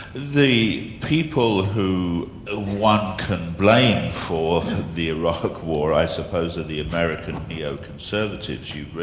the people who ah one can blame for the iraq war i suppose are the american neo-conservatives, you've